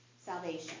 salvation